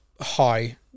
high